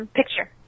picture